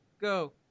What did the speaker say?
go